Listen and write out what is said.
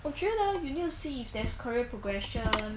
我觉得 you need to see if there's career progression